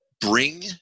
bring